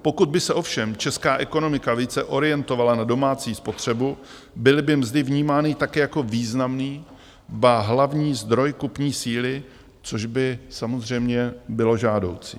Pokud by se ovšem česká ekonomika více orientovala na domácí spotřebu, byly by mzdy vnímány tak jako významný, ba hlavní zdroj kupní síly, což by samozřejmě bylo žádoucí.